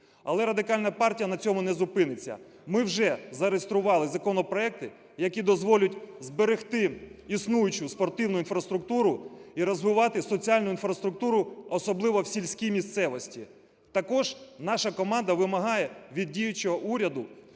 Але Радикальна партія на цьому не зупиниться. Ми вже зареєстрували законопроекти, які дозволять зберегти існуючу спортивну інфраструктуру і розвивати соціальну інфраструктуру, особливо в сільській місцевості. Також наша команда вимагає від діючого уряду